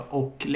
och